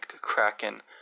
Kraken